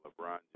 LeBron